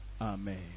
Amen